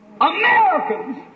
Americans